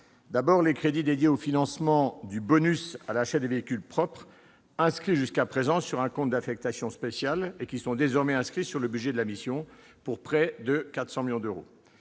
mission : les crédits dédiés au financement du bonus à l'achat d'un véhicule propre, inscrits jusqu'à présent sur un compte d'affectation spéciale, sont désormais inscrits sur le budget de la mission, pour près de 400 millions d'euros